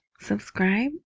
Subscribe